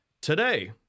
Today